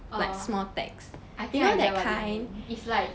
err I think I get what they mean is like